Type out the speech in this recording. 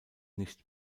nicht